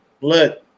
look